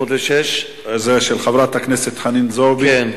זו שאילתא של חברת הכנסת חנין זועבי,